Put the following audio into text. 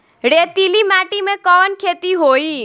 रेतीली माटी में कवन खेती होई?